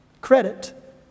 credit